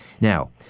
Now